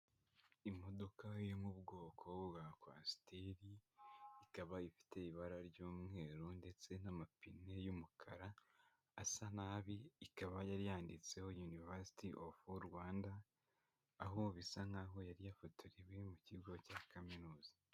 Imodoka yo mu bwoko bwa Coaster, ikaba ifite ibara ry'umweru ndetse n'amapine y'umukara, asa nabi, ikaba yari yanditseho University of Rwanda, aho bisa nk'aho yari yafotorewe mu kigo cya Kaminuza.